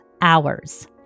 hours